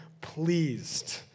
pleased